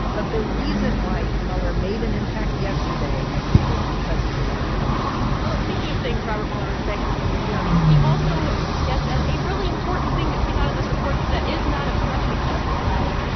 but the reason why mueller made an impact yesterday was because he was on television speaking of things robert mueller is begging people to and do, i mean, he also gets at a really important thing that came out of this report that is not obstruction of justice. and that is,